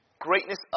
greatness